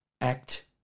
act